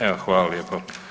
Evo hvala lijepa.